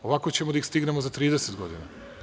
Ovako ćemo da ih stignemo za 30 godina.